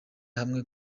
hamwe